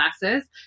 Classes